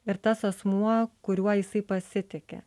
ir tas asmuo kuriuo jisai pasitiki